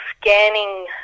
scanning